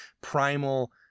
primal